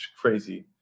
crazy